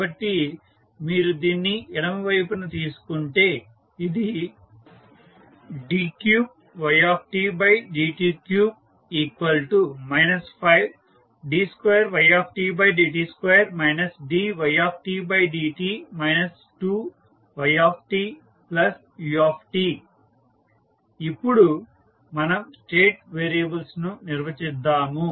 కాబట్టి మీరు దీన్ని ఎడమ వైపున తీసుకుంటే ఇది d3ydt3 5d2ytdt2 dytdt 2ytu ఇప్పుడు మనం స్టేట్ వేరియబుల్స్ ను నిర్వచిద్దాము